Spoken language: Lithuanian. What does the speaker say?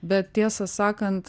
bet tiesą sakant